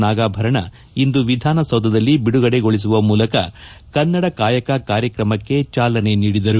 ನಾಗಾಭರಣ ಇಂದು ವಿಧಾನಸೌಧದಲ್ಲಿ ಬಿಡುಗಡೆಗೊಳಿಸುವ ಮೂಲಕ ಕನ್ನಡ ಕಾಯಕ ಕಾರ್ಯಕ್ರಮಕ್ಕೆ ಜಾಲನೆ ನೀಡಿದರು